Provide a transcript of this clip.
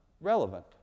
relevant